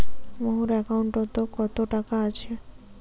মোর একাউন্টত কত টাকা আছে?